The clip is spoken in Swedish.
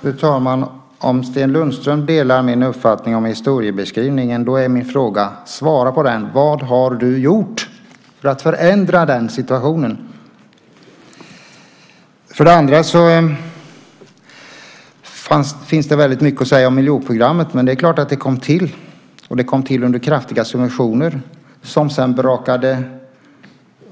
Fru talman! Om Sten Lundström delar min uppfattning om historiebeskrivningen är min fråga: Vad har du gjort för att förändra situationen? Det finns mycket att säga om miljonprogrammet. Det kom till under kraftiga subventioner som sedan brakade